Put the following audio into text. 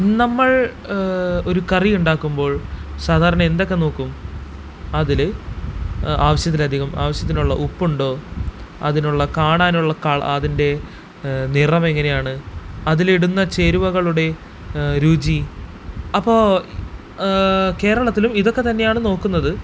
നമ്മൾ ഒരു കറി ഉണ്ടാക്കുമ്പോൾ സാധാരണ എന്തൊക്കെ നോക്കും അതിൽ ആവശ്യത്തിലധികം ആവശ്യത്തിനുള്ള ഉപ്പുണ്ടോ അതിനുള്ള കാണാനുള്ള കളർ അതിൻ്റെ നിറമെങ്ങനെയാണ് അതിലിടുന്ന ചേരുവകളുടെ രുചി അപ്പോൾ കേരളത്തിലും ഇതൊക്കെ തന്നെയാണ് നോക്കുന്നത്